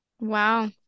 Wow